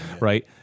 Right